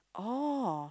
oh